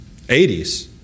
80s